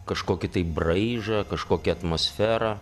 kažkokį tai braižą kažkokią atmosferą